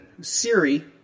Siri